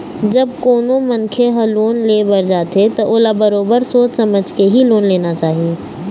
जब कोनो मनखे ह लोन ले बर जाथे त ओला बरोबर सोच समझ के ही लोन लेना चाही